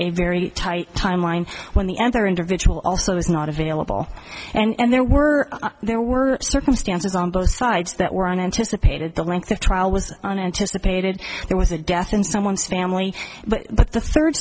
a very tight timeline when the other individual also is not available and there were there were circumstances on both sides that were unanticipated the length of trial was unanticipated there was a death in someone's family but the third